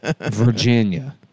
Virginia